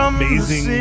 amazing